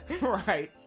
Right